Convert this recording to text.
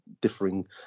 differing